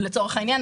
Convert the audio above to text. לצורך העניין,